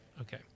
Okay